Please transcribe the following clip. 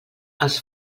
els